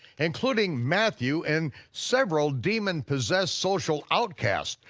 including matthew and several demon-possessed social outcasts,